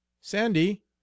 Sandy